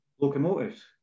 locomotives